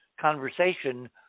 conversation